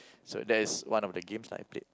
so that is one of the games lah I played